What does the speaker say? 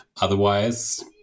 Otherwise